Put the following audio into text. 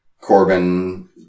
Corbin